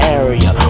area